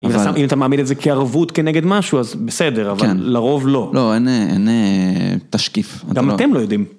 אם אתה מעמיד את זה כערבות, כנגד משהו, אז בסדר, אבל לרוב לא. לא, אין תשקיף. גם אתם לא יודעים.